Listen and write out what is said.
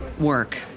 work